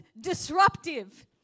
disruptive